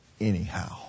anyhow